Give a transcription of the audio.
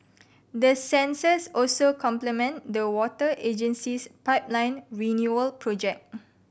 the sensors also complement the water agency's pipeline renewal project